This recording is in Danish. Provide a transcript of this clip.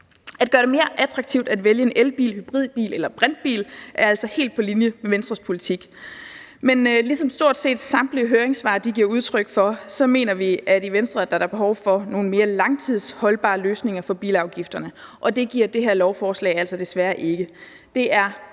At gøre det mere attraktivt at vælge en elbil, en hybridbil eller en brintbil er altså helt på linje med Venstres politik. Men ligesom stort set samtlige høringssvar giver udtryk for, mener vi i Venstre, at der er behov for nogle mere langtidsholdbare løsninger for bilafgifterne, og det giver det her lovforslag altså desværre ikke. Det er